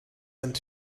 and